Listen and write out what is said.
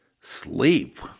sleep